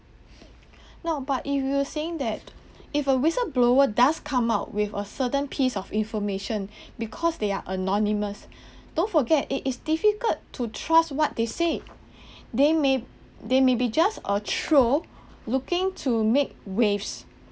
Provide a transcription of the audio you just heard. no but if you were saying that if a whistle blower does come out with a certain piece of information because they are anonymous don't forget it is difficult to trust what they said they may they may be just a troll looking to make waves